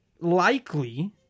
likely